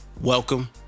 Welcome